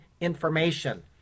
information